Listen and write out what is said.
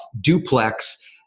duplex